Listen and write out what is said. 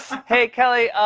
hey, kelly,